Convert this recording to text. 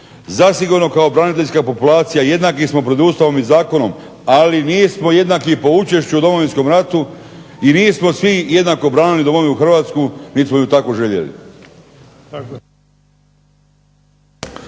zasigurno kao braniteljska populacija jednaki smo pred Ustavom i zakonom, ali nismo jednaki po učešću u Domovinskom ratu i nismo svi jednako branili domovinu Hrvatsku, niti smo ju takvu željeli.